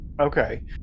Okay